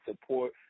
support